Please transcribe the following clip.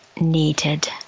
needed